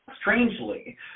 Strangely